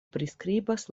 priskribas